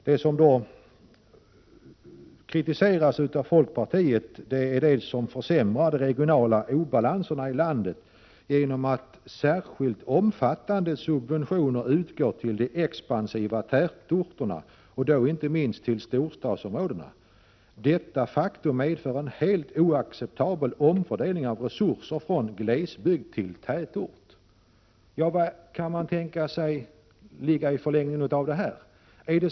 Folkpartiet kritiserar där att bostadssubventionerna försämrar ”de regionala obalanserna i landet genom att särskilt omfattande subventioner utgår till de expansiva tätorterna och då inte minst till storstadsområdena. Detta faktum medför en helt oacceptabel omfördelning av resurser från glesbygd till tätort.” Vad kan tänkas vara förlängningen av detta?